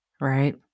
Right